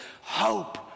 hope